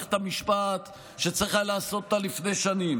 במערכת המשפט, שצריך היה לעשות אותה לפני שנים.